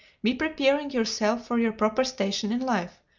be preparing yourself for your proper station in life,